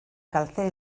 calcé